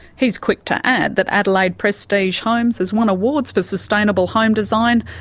he's quick to add that adelaide prestige homes has won awards for sustainable home design,